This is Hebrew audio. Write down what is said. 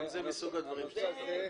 גם זה מסוג הדברים שצריך לטפל בהם.